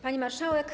Pani Marszałek!